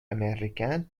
américain